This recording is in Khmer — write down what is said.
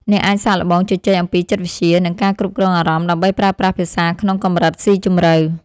អ្នកអាចសាកល្បងជជែកអំពីចិត្តវិទ្យា និងការគ្រប់គ្រងអារម្មណ៍ ដើម្បីប្រើប្រាស់ភាសាក្នុងកម្រិតស៊ីជម្រៅ។